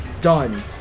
done